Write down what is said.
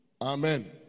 Amen